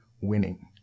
winning